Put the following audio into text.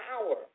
power